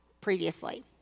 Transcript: previously